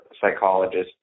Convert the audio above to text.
psychologist